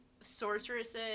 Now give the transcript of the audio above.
sorceresses